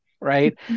right